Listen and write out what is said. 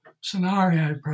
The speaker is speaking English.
scenario